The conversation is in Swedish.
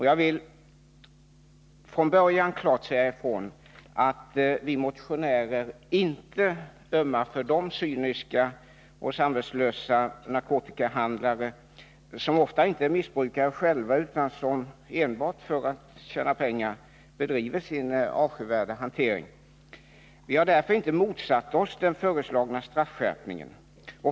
Jag vill från början klart säga ifrån att vi motionärer inte ömmar för de cyniska 2 och samvetslösa narkotikahandlare som själva ofta inte är missbrukare utan som enbart för att tjäna pengar bedriver-sin avskyvärda hantering. Vi har därför inte motsatt oss den föreslagna straffskärpningen.